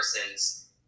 person's